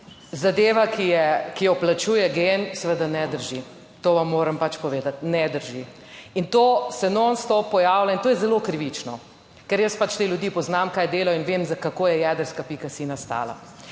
je, ki jo plačuje gen, seveda. Ne drži, to vam moram pač povedati. Ne drži. In to se non stop pojavlja. In to je zelo krivično. Ker jaz pač te ljudi poznam, kaj delajo in vem, kako je jedrska.si nastala.